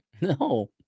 No